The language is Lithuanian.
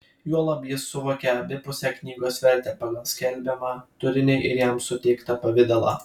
juolab jis suvokė abipusę knygos vertę pagal skelbiamą turinį ir jam suteiktą pavidalą